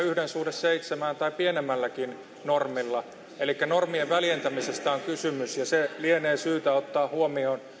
yksiseitsemällä tai pienemmälläkin normilla elikkä normien väljentämisestä on kysymys ja se lienee syytä ottaa huomioon